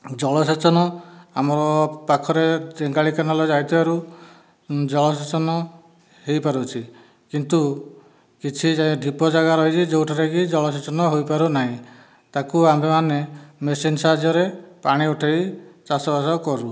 ଜଳସେଚନ ଆମ ପାଖରେ ରେଙ୍ଗାଲି କେନାଲ ଯାଇଥିବାରୁ ଜଳସେଚନ ହୋଇପାରୁଛି କିନ୍ତୁ କିଛି ଜାଗାରେ ଢିପ ଜାଗା ରହିଯାଇଛି ଯେଉଁଠାରେ କି ଜଳସେଚନ ହୋଇପାରୁନାହିଁ ତାକୁ ଆମ୍ଭେମାନେ ମେସିନ ସାହାଯ୍ୟରେ ପାଣି ଉଠେଇ ଚାଷବାସ କରୁ